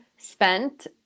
spent